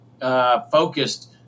focused